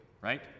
right